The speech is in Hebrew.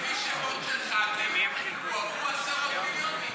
לפי שמות של ח"כים הועברו עשרות מיליונים.